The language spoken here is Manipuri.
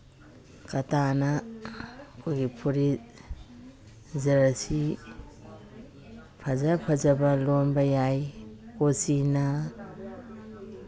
ꯀꯇꯥꯅ ꯑꯩꯈꯣꯏꯒꯤ ꯐꯨꯔꯤꯠ ꯖꯔꯁꯤ ꯐꯖ ꯐꯖꯕ ꯂꯣꯟꯕ ꯌꯥꯏ ꯀꯣꯆꯤꯅ